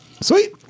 Sweet